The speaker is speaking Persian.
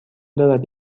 دارد